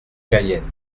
cayenne